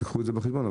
קחו את זה בחשבון.